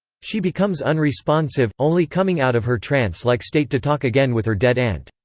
she becomes unresponsive, only coming out of her trance-like state to talk again with her dead aunt.